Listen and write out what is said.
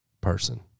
person